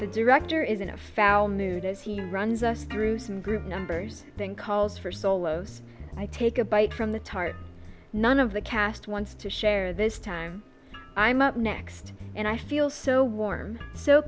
the director is in a foul mood as he runs us through some group numbers then calls for solos i take a bite from the tart none of the cast wants to share this time i'm up next and i feel so warm so